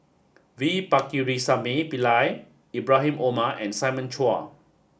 V Pakirisamy Pillai Ibrahim Omar and Simon Chua